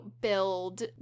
build